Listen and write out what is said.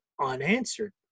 unanswered